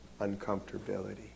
uncomfortability